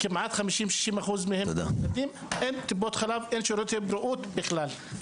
כמעט 50% מהם --- אין טיפות חלב ואין שירותי בריאות בכלל.